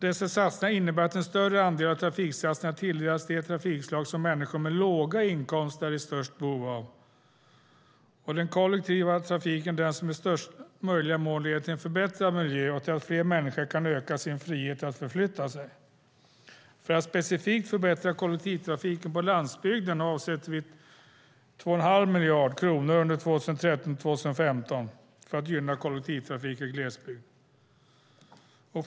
Dessa satsningar innebär att en större andel av trafiksatsningarna tilldelas de trafikslag som människor med låga inkomster är i störst behov av. Den kollektiva trafiken är den som i största möjliga mån leder till en förbättrad miljö och till att fler människor kan öka sin frihet att förflytta sig. För att specifikt förbättra kollektivtrafiken på landsbygden avsätter vi 2 1⁄2 miljard kronor under 2013-2015 för att gynna kollektivtrafik i glesbygd.